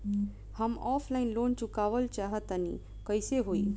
हम offline loan चुकावल चाहऽ तनि कइसे होई?